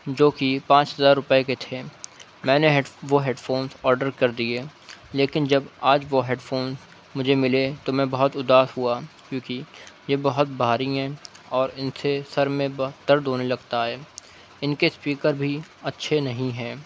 جو کہ پانچ ہزار روپیے کے تھے میں نے ہیڈ وہ ہیڈ فونس آڈر کر دیے لیکن جب آج وہ ہیڈ فونس مجھے ملے تو میں بہت اداس ہوا کیونکہ یہ بہت بھاری ہیں اور ان سے سر میں درد ہونے لگتا ہے ان کے اسپیکر بھی اچھے نہیں ہیں